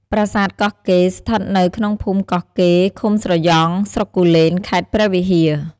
ប្រាសាទកោះកេរស្ថិតនៅក្នុងភូមិកោះកេរ្តិ៍ ឃុំស្រយ៉ង់ ស្រុកគូលែន ខេត្តព្រះវិហារ។